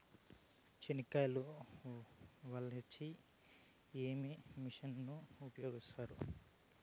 చెనక్కాయలు వలచే కి ఏ మిషన్ ను ఉపయోగిస్తారు?